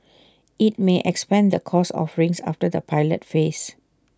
IT may expand the course offerings after the pilot phase